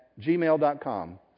gmail.com